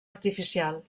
artificial